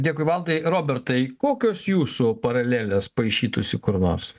dėkui valdai robertai kokios jūsų paralelės paišytųsi kur nors